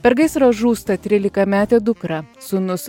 per gaisrą žūsta trylikametė dukra sūnus